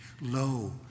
Lo